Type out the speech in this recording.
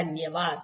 धन्यवाद